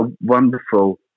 wonderful